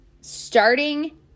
starting